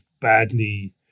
badly